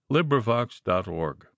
LibriVox.org